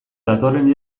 datorren